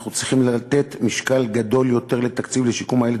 אנחנו צריכים לתת משקל גדול יותר לתקציב לשיקום הילד